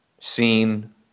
seen